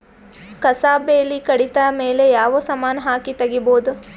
ಕಸಾ ಬೇಲಿ ಕಡಿತ ಮೇಲೆ ಯಾವ ಸಮಾನ ಹಾಕಿ ತಗಿಬೊದ?